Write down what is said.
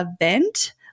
event